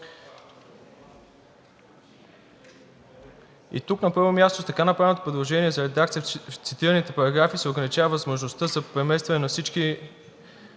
И тук, на първо място, с така направеното предложение за редакция в цитираните параграфи се ограничава възможността за преместване на всички